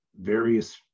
various